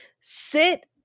sit